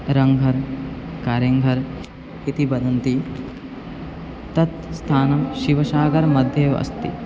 रङ्घन् कार्यङ्घर् इति वदन्ति तत् स्थानं शिवसागरमध्ये एव अस्ति